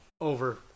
over